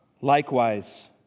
Likewise